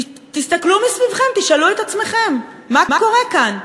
תסתכלו מסביבכם, תשאלו את עצמכם, מה קורה כאן?